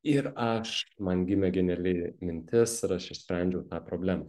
ir aš man gimė geniali mintis ir aš išsprendžiau problemą